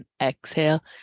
Exhale